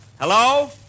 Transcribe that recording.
Hello